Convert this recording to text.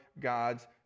God's